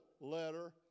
letter